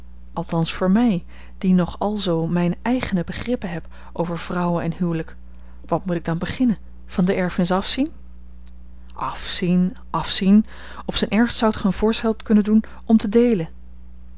althans voor mij die nog alzoo mijne eigene begrippen heb over vrouwen en huwelijk wat moet ik dan beginnen van de erfenis afzien afzien afzien op zijn ergst zoudt gij een voorstel kunnen doen om te deelen